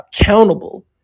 accountable